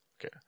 Okay